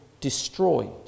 destroyed